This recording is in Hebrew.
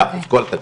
כל התקציב.